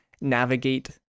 navigate